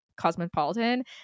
Cosmopolitan